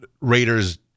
Raiders